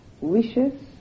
wishes